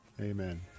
Amen